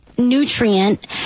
Nutrient